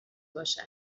باشد